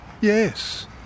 Yes